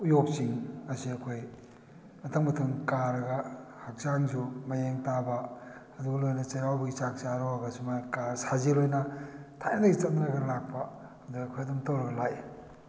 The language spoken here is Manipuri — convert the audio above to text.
ꯎꯌꯣꯛ ꯆꯤꯡ ꯑꯁꯤ ꯑꯩꯈꯣꯏ ꯃꯊꯪ ꯃꯊꯪ ꯀꯥꯔꯒ ꯍꯛꯆꯥꯡꯁꯨ ꯃꯌꯦꯡ ꯇꯥꯕ ꯑꯗꯨꯒ ꯂꯣꯏꯅꯅ ꯆꯩꯔꯥꯎꯕꯒꯤ ꯆꯥꯛ ꯆꯥꯔꯨꯔꯒꯁꯨ ꯁꯨꯃꯥꯏꯅ ꯀꯥꯔꯒ ꯁꯥꯖꯦꯜ ꯑꯣꯏꯅ ꯊꯥꯏꯅꯗꯒꯤ ꯆꯠꯅꯔꯒ ꯂꯥꯛꯄ ꯑꯗ ꯑꯩꯈꯣꯏ ꯑꯗꯨꯝ ꯇꯧꯔꯒ ꯂꯥꯛꯏ